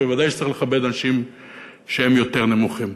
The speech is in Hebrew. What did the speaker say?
וודאי שצריך לכבד אנשים שהם יותר נמוכים.